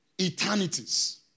eternities